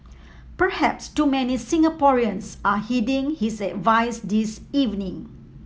perhaps too many Singaporeans are heeding his advice this evening